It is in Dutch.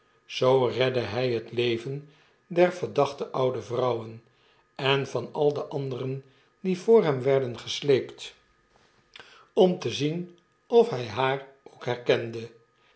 zoo redde hy het leven der verdachte oude vrouwen en van al de anderen die voor hem werden gesleept om te zien of hy haar ook herkende